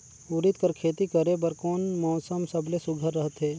उरीद कर खेती करे बर कोन मौसम सबले सुघ्घर रहथे?